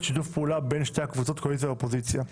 של שיתוף פעולה בין שתי הקבוצות קואליציה- אופוזיציה.